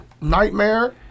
Nightmare